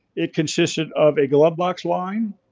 it consisted of a glove box line,